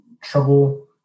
trouble